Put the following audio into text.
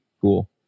cool